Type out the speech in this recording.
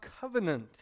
covenant